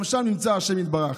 גם שם נמצא השם יתברך.